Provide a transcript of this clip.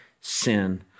sin